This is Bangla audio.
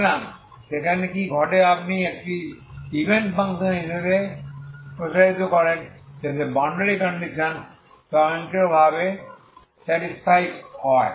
সুতরাং সেখানে কি ঘটে আপনি একটি ইভেন ফাংশন হিসাবে প্রসারিত করেন যাতে বাউন্ডারি কন্ডিশনস স্বয়ংক্রিয়ভাবে স্যাটিসফাই হয়